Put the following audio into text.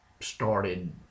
started